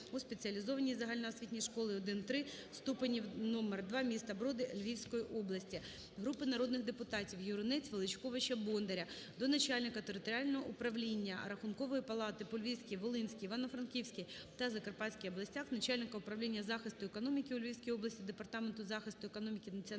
у спеціалізованій загальноосвітній школі І-ІІІ ступенів № 2 міста Броди Львівської області. Групи народних депутатів (Юринець, Величковича, Бондаря) до начальника територіального управління Рахункової палати по Львівській, Волинській, Івано-Франківській та Закарпатській областях, начальника Управління захисту економіки у Львівській області Департаменту захисту економіки Національної